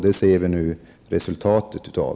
Det ser vi nu resulatet av.